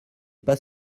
pas